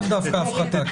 לאו דווקא הפחתה.